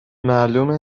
معلومه